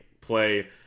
play